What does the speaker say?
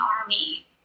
army